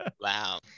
Wow